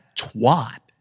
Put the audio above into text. twat